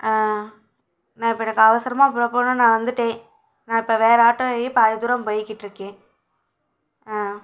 ஆம் நான் இப்போ எனக்கு அவசரமாக புறப்புடணும் நான் வந்துட்டேன் நான் இப்போ வேற ஆட்டோலையையும் பாதி தூரம் போய்க்கிட்டு இருக்கேன் ஆம்